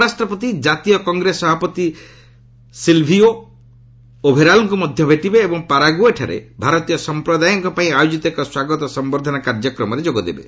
ଉପରାଷ୍ଟ୍ରପତି ଜାତୀୟ କଂଗ୍ରେସର ସଭାପତି ସିଲ୍ଭିଓ ଓଭେଲାର୍ଙ୍କୁ ମଧ୍ୟ ଭେଟିବେ ଏବଂ ପାରାଗୁଏଠାରେ ଭାରତୀୟ ସଂପ୍ରଦାୟଙ୍କ ପାଇଁ ଆୟୋଜିତ ଏକ ସ୍ୱାଗତ ସମ୍ଭର୍ଦ୍ଧନା କାର୍ଯ୍ୟକ୍ରମରେ ଯୋଗଦେବେ